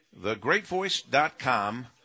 Thegreatvoice.com